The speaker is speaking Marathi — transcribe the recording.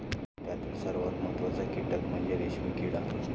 त्यातील सर्वात महत्त्वाचा कीटक म्हणजे रेशीम किडा